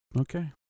Okay